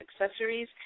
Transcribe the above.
Accessories